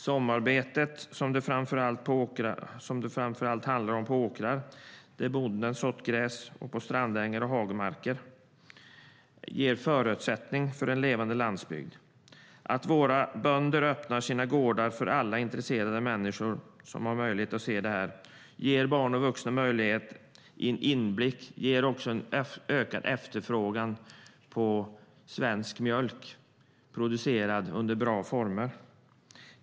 Sommarbetet, som det framför allt handlar om, på åkrar där bonden har sått gräs och på strandängar och hagmarker ger förutsättning för en levande landsbygd. Att våra bönder öppnar sina gårdar för alla intresserade människor som har möjlighet att se detta ger barn och vuxna en inblick. Det ger också en ökad efterfrågan på svensk mjölk producerad under bra former.